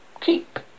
keep